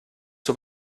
zur